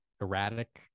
erratic